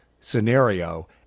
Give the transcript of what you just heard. scenario